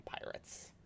pirates